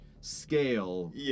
scale